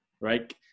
right